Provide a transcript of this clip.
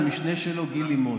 למשנה שלו, גיל לימון.